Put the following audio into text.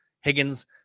Higgins